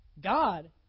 God